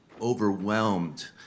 overwhelmed